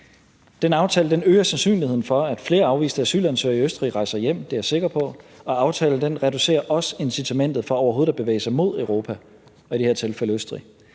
aftale øger sandsynligheden for, at flere afviste asylansøgere i Østrig rejser hjem – det er jeg sikker på – og aftalen reducerer også incitamentet for overhovedet at bevæge sig mod Europa